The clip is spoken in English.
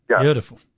Beautiful